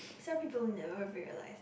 some people never realize that